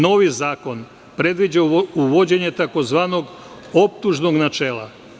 Novi zakon predviđa uvođenje tzv. "Optužnog načela"